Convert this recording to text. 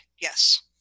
yes